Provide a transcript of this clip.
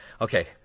Okay